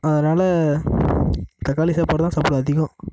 அதனால் தக்காளி சாப்பாடு தான் சாப்பிடுவேன் அதிகம்